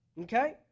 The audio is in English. Okay